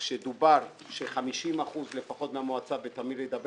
דובר שלפחות 50 אחוזים מהמועצה ותמיר ידבר